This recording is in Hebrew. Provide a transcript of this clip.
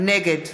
נגד